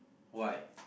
why